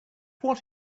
what